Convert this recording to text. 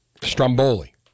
stromboli